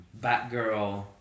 Batgirl